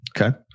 Okay